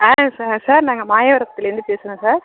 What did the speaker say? ஆ sir sir நாங்கள் மாயவரத்துலேருந்து பேசுகிறோம் சார்